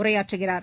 உரையாற்றுகிறார்